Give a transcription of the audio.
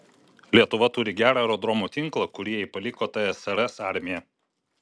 lietuva turi gerą aerodromų tinklą kurį jai paliko tsrs armija